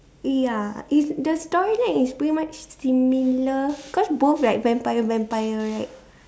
ya is the storyline is pretty much similar cause both like vampire vampire right